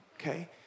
okay